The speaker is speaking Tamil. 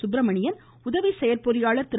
சுப்பிரமணியன் செயற்பொறியாளர் திரு